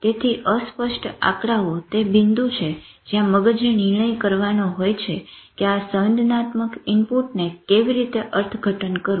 તેથી અસ્પષ્ટ આંકડાઓ તે બિંદુ છે જ્યાં મગજે નિર્ણય કરવાનો હોય છે કે આ સંવેદનાત્મક ઈનપુટને કેવી રીતે અર્થઘટન કરવું